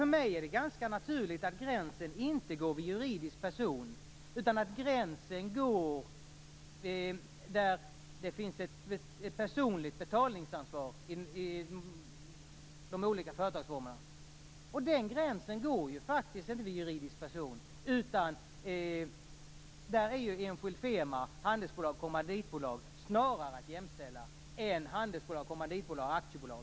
För mig är det ganska naturligt att gränsen inte går vid juridisk person utan att den går där det finns ett personligt betalningsansvar i de olika företagsformerna. Den gränsen går ju faktiskt inte vid juridisk person, utan där är ju enskild firma, handelsbolag och kommanditbolag att jämställa snarare än handelsbolag, kommanditbolag och aktiebolag.